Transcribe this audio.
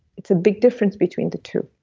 it's a big difference between the two